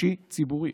נפשי ציבורי.